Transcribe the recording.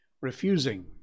Refusing